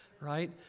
right